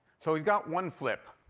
so we've got one flip,